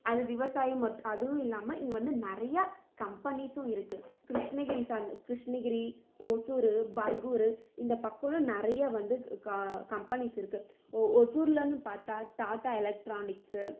அது விவசாயம் மட் அதுவும் இல்லாமல் இங்கே வந்து நிறையா கம்பனிஸும் இருக்குது கிருஷ்ணகிரி சந் கிருஷ்ணகிரி ஒசூரு பர்கூரு இந்த பக்கலாம் நறையா வந்து கா கம்பனிஸ் இருக்கு ஓ ஒசூரில்னு பார்த்தா டாட்டா எலக்ட்ரானிக்ஸு